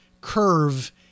curve